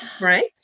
right